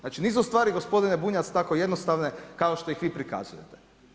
Znači, nisu stvari gospodine Bunjac tako jednostavne kao što ih vi prikazujete.